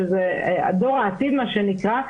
שזה הדור העתיד מה שנקרא,